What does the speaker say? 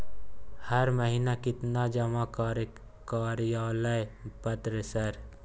हर महीना केतना जमा कार्यालय पत्र सर?